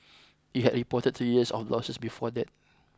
it had reported three years of losses before that